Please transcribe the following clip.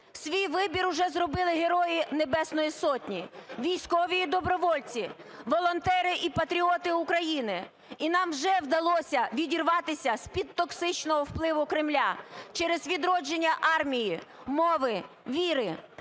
Свій вибір уже зробили Герої Небесної Сотні, військові і добровольці, волонтери і патріоти України. І нам вже вдалося відірватися з-під токсичного впливу Кремля через відродження армії, мови, віри.